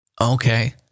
Okay